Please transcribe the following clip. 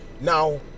Now